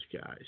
guys